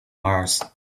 mars